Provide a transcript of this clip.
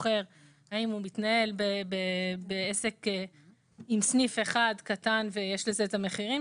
בוחר האם הוא מתנהל בעסק עם סניף אחד קטן ויש לזה את המחירים